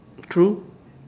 true